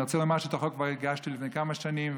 אני רוצה לומר שאת החוק כבר הגשתי לפני כמה שנים,